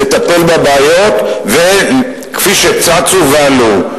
לטפל בבעיות כפי שצצו ועלו.